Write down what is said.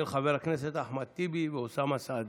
של חברי הכנסת אחמד טיבי ואוסאמה סעדי.